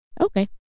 Okay